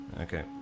Okay